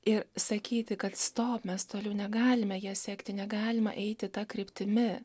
ir sakyti kad stop mes toliau negalime ja sekti negalima eiti ta kryptimi